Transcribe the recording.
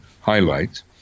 highlights